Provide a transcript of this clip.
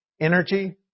energy